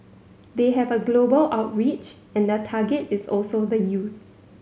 they have a global outreach and their target is also the youth